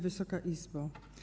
Wysoka Izbo!